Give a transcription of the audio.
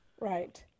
Right